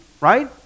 right